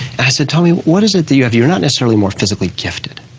i said, tommy, what is it that you have, you're not necessarily more physically gifted,